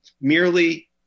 merely